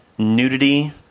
nudity